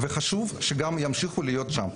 וחשוב שגם ימשיכו להיות שם.